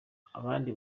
abandi